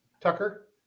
Tucker